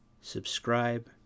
subscribe